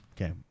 Okay